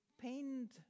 pained